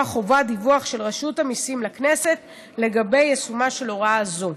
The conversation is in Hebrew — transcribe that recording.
חובת דיווח של רשות המיסים לכנסת לגבי יישומה של הוראה זו.